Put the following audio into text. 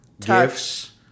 Gifts